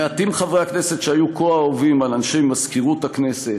מעטים חברי הכנסת שהיו כה אהובים על אנשי מזכירות הכנסת,